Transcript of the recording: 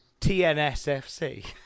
TNSFC